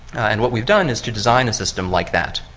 and what we've done is to design a system like that,